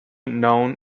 known